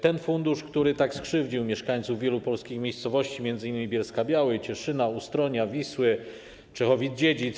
To fundusz, który tak skrzywdził mieszkańców wielu polskich miejscowości, m.in. Bielska-Białej, Cieszyna, Ustronia, Wisły, Czechowic-Dziedzic.